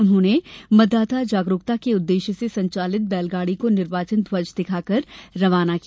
उन्होंने मतदाता जागरूकता के उदेश्य से संचालित बैलगाड़ी को निर्वाचन ध्वज दिखाकर रवाना किया